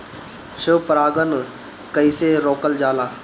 स्व परागण कइसे रोकल जाला?